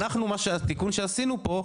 אנחנו התיקון שעשינו פה,